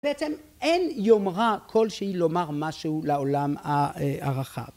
בעצם אין יומרה כל שהיא לומר משהו לעולם הרחב